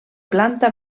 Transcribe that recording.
planta